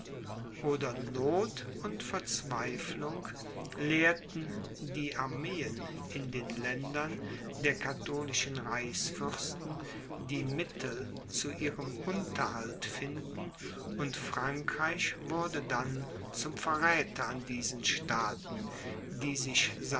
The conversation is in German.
oder noth und verzweiflung lehrten die armeen in den ländern der katholischen reichsfürsten die mittel zu ihrem unterhalt finden und frankreich wurde dann zum verräther an diesen staaten die sich